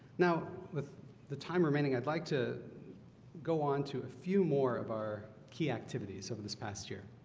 now with the time remaining i'd like to go on to a few more of our key activities over this past year